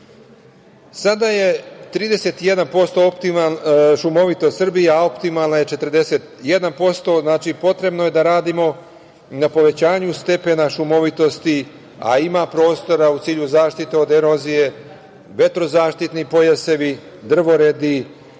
je 31% šumovita Srbija, a optimalno je 41%. Znači, potrebno je da radimo na povećanju stepena šumovitosti, a ima prostora u cilju zaštite od erozije, vetrozaštitni pojasevi, drvoredi,